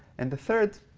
and the third,